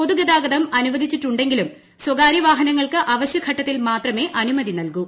പൊതുഗതാഗതം അനുവദി ച്ചിട്ടുണ്ടെങ്കിലും സ്വകാരൃ വാഹനങ്ങൾക്ക് അവശൃഘട്ടത്തിൽ മാത്രമേ അനുമതി നൽകൂ